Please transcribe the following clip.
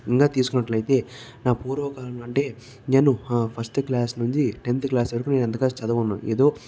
ఇంకా తీసుకున్నట్లయితే నా పూర్వకాలం అంటే నేను ఫస్ట్ క్లాస్ నుంచి టెన్త్ క్లాస్ వరకు అంతగా చదవను ఏదో